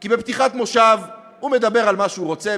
כי בפתיחת מושב הוא מדבר על מה שהוא רוצה,